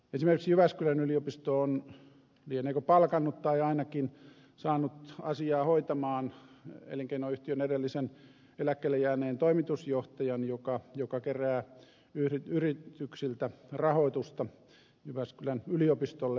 esimerkiksi jyväskylän yliopisto on lieneekö palkannut tai ainakin saanut asiaa hoitamaan elinkeinoyhtiön edellisen eläkkeelle jääneen toimitusjohtajan joka kerää yrityksiltä rahoitusta jyväskylän yliopistolle